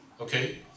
okay